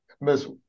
miss